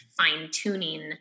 fine-tuning